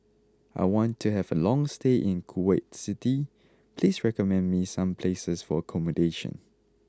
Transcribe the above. I want to have a long stay in Kuwait City please recommend me some places for accommodation